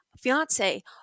fiance